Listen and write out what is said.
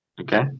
Okay